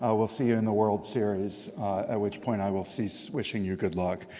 ah we'll see you in the world series, at which point i will cease wishing you good luck.